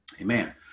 amen